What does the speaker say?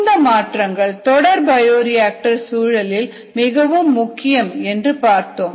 இந்த மாற்றங்கள் தொடர் பயோ ரியாக்டர் சூழ்நிலையில் மிகவும் முக்கியம் என்று பார்த்தோம்